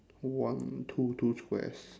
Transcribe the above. one two two squares